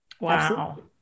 Wow